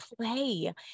play